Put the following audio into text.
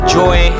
joy